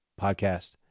podcast